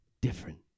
different